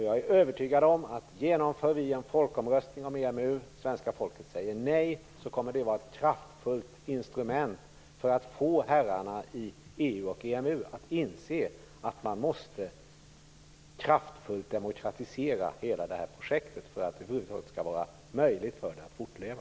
Jag är övertygad om att ifall vi genomför en folkomröstning om EMU och det svenska folket säger nej så kommer det att vara ett verkningsfullt instrument för att få herrarna i EU och EMU att inse att man kraftfullt måste demokratisera hela det här projektet om det över huvud taget skall vara möjligt för det att fortleva.